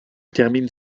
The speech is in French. termine